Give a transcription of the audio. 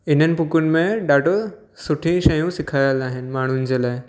हिननि बुकुनि में ॾाढो सुठी शयूं सेखारियल आहिनि माण्हुनि जे लाइ